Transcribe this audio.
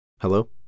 Hello